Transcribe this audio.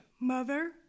Mother